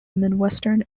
midwestern